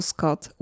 Scott